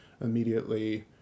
immediately